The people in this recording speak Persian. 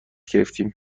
گرفتم